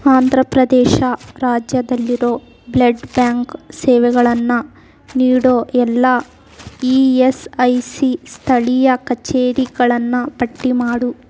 ಆಂಧ್ರ ಪ್ರದೇಶ ರಾಜ್ಯದಲ್ಲಿರೊ blood bank ಸೇವೆಗಳನ್ನು ನೀಡೊ ಎಲ್ಲ ಇ ಎಸ್ ಐ ಸಿ ಸ್ಥಳೀಯ ಕಚೇರಿಗಳನ್ನು ಪಟ್ಟಿ ಮಾಡು